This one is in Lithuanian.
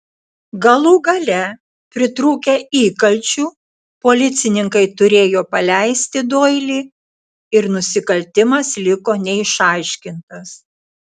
galų gale pritrūkę įkalčių policininkai turėjo paleisti doilį ir nusikaltimas liko neišaiškintas